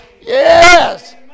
Yes